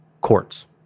Courts